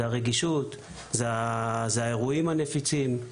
זה הרגישות, האירועים הנפיצים,